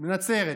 נצרת.